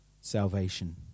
salvation